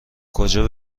کجا